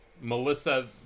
Melissa